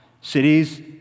Cities